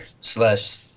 slash